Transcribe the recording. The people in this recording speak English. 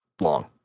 long